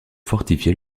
fortifier